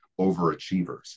overachievers